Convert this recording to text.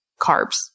carbs